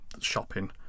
shopping